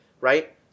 right